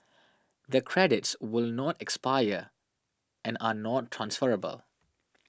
the credits will not expire and are not transferable